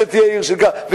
שתהיה עיר של כמה מאות אלפים,